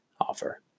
offer